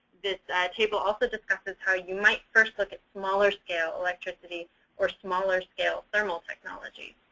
this table also discusses how you might first look at smaller scale electricity or smaller scale thermal technology.